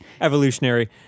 evolutionary